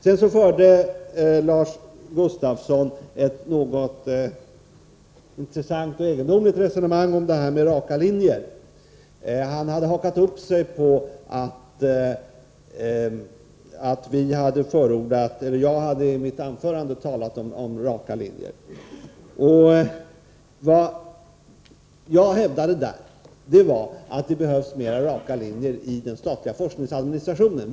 Sedan förde Lars Gustafsson ett intressant men något egendomligt resonemang. Han hade hakat upp sig på att jag i mitt anförande hade talat om raka linjer. Vad jag hävdade var att det behövs mera raka linjer i den statliga forskningsadministrationen.